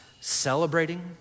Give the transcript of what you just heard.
celebrating